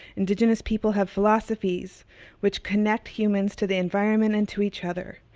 indigenous people have philosophies which connect humans to the environment and to each other,